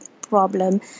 problem